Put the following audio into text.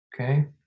okay